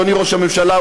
אדוני ראש הממשלה,